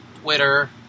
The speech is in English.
Twitter